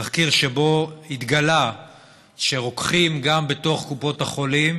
תחקיר שבו התגלה שרוקחים גם בתוך קופות החולים